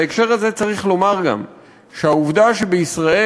בהקשר הזה צריך לומר גם שהעובדה שבישראל